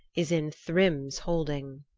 is in thrym's holding.